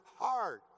heart